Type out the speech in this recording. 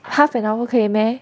half an hour 可以 meh